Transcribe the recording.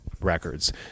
records